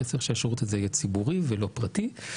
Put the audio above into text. וצריך שהשירות הזה יהיה ציבורי ולא פרטי.